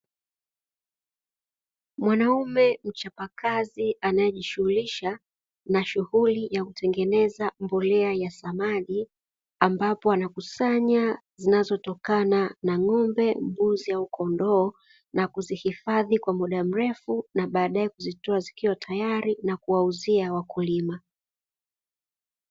Mwanaume mchapakazi anayejishughulisha na shughuli ya kutengeneza mbolea ya samadi ambapo anakusanya zinazotokana na ng'ombe, mbuzi au kondooo na kuzihifadhi kwa muda mrefu na baadae kuzitoa zikiwa tayari na kuwauzia wakulima.